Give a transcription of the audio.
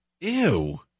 Ew